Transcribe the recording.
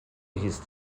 hieß